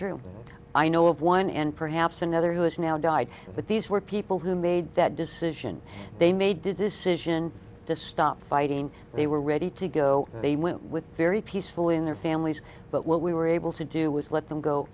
true i know of one and perhaps another who has now died but these were people who made that decision they made to decision to stop fighting they were ready to go they went with very peaceful in their families but what we were able to do was let them go